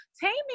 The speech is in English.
taming